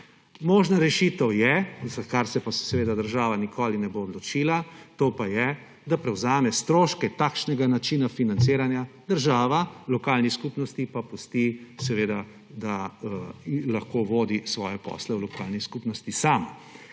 Možna rešitev je – za kar se pa seveda država nikoli ne bo odločila –, to pa je, da prevzame stroške takšnega načina financiranja država, lokalni skupnosti pa pusti, da lahko vodi svoje posle v lokalni skupnosti sama,